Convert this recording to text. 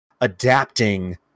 adapting